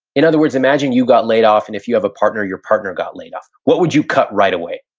in other words, imagine you got laid off and if you have a partner, your partner got laid off, what would you cut right away?